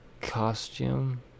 costume